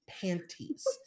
panties